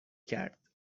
کرد